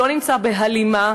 לא נמצא בהלימה,